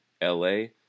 l-a